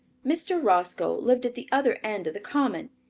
mr. roscoe lived at the other end of the common.